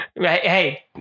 Hey